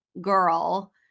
girl